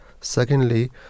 Secondly